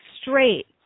straight